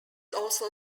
also